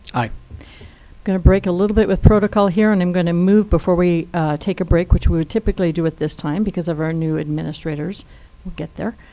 i'm going to break a little bit with protocol here, and i'm going to move before we take a break, which we would typically do at this time, because of our new administrators we'll get there.